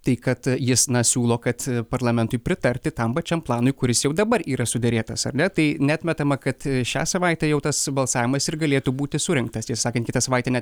tai kad jis na siūlo kad parlamentui pritarti tam pačiam planui kuris jau dabar yra suderėtas ar ne tai neatmetama kad šią savaitę jau tas balsavimas ir galėtų būti surengtas tiesą sakant kitą savaitę ne